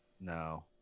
No